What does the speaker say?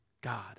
God